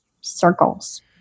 Circles